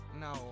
No